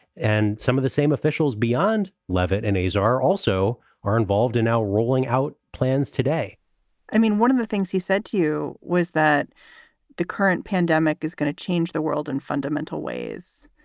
and some of the same officials beyond levitt and azar are also are involved in now rolling out plans today i mean, one of the things he said to you was that the current pandemic is going to change the world in fundamental ways.